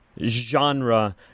genre